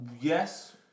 yes